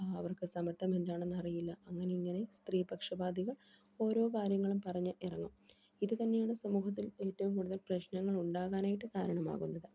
അവർക്ക് സമത്വം എന്താണെന്നറിയില്ല അങ്ങനെ ഇങ്ങനെ സ്ത്രീപക്ഷപാധികൾ ഓരോ കാര്യങ്ങളും പറഞ്ഞ് ഇറങ്ങും ഇതു തന്നെയാണ് സമൂഹത്തിൽ ഏറ്റവും കൂടുതൽ പ്രശ്നങ്ങൾ ഉണ്ടാകാനായിട്ട് കാരണമാകുന്നത്